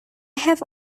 have